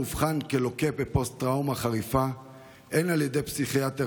הובחן כלוקה בפוסט-טראומה חריפה הן על ידי פסיכיאטר